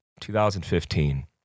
2015